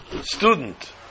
student